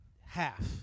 Half